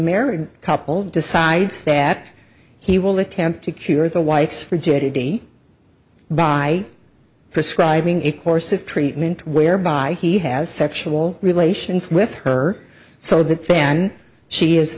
married couple decides that he will attempt to cure the wife for jedi by describing a course of treatment whereby he has sexual relations with her so that then she is